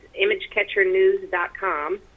imagecatchernews.com